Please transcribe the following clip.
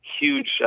huge